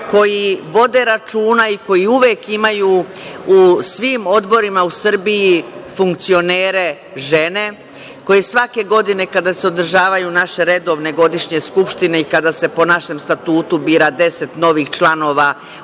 koji vode računa i koji uvek imaju u svim odborima u Srbiji funkcionere žene, koje svake godine kada se održavaju naše redovne godišnje skupštine i kada se po našem statutu bira deset novih članova u